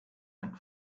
went